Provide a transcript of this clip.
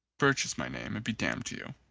birch is my name and be damned to you.